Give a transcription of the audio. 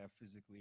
physically